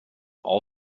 all